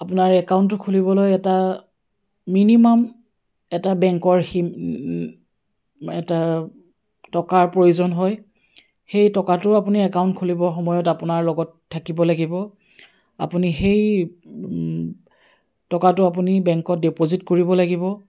আপোনাৰ একাউণ্টটো খুলিবলৈ এটা মিনিমাম এটা বেংকৰ সি এটা টকাৰ প্ৰয়োজন হয় সেই টকাটো আপুনি একাউণ্ট খুলিবৰ সময়ত আপোনাৰ লগত থাকিব লাগিব আপুনি সেই টকাটো আপুনি বেংকত ডেপজিট কৰিব লাগিব